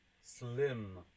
slim